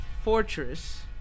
fortress